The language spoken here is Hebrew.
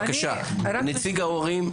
בבקשה, נציג ההורים.